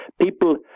people